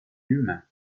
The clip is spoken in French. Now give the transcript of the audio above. humain